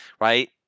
right